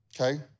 Okay